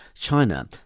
China